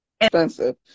expensive